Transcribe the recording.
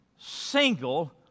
single